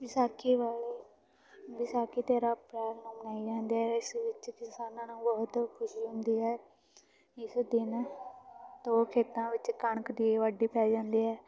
ਵਿਸਾਖੀ ਵਾਲੇ ਵਿਸਾਖੀ ਤੇਰ੍ਹਾਂ ਅਪ੍ਰੈਲ ਨੂੰ ਮਨਾਈ ਜਾਂਦੀ ਹੈ ਇਸ ਵਿੱਚ ਕਿਸਾਨਾਂ ਨੂੰ ਬਹੁਤ ਖੁਸ਼ੀ ਹੁੰਦੀ ਹੈ ਇਸ ਦਿਨ ਤੋੋਂ ਖੇਤਾਂ ਵਿੱਚ ਕਣਕ ਦੀ ਵਾਢੀ ਪੈ ਜਾਂਦੀ ਹੈ